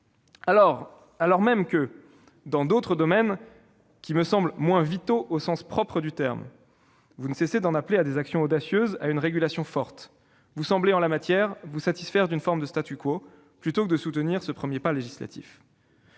Pourtant, alors même que, dans d'autres domaines, à mes yeux moins vitaux- au sens propre du terme-, vous ne cessez d'en appeler à des actions audacieuses, à une régulation forte, vous semblez, en la matière, vous satisfaire d'une forme de au lieu de soutenir ce premier pas législatif